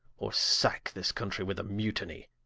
or sacke this country with a mutiny.